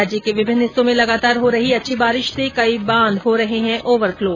राज्य के विभिन्न हिस्सों में लगातार हो रही अच्छी बारिश से कई बांध हो रहे है ओवर फ्लो